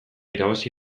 irabazi